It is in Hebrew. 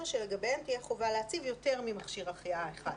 שלגביהם תהיה חובה להציב יותר ממכשיר החייאה אחד,